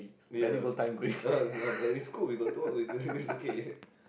ya no man is cooked we got two out of this it's okay